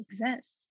exists